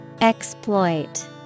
Exploit